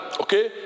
Okay